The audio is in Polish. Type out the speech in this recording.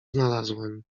znalazłem